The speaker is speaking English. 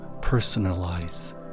personalize